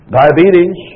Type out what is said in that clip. diabetes